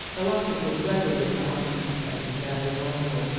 the latter could readily have anticipated their arrival,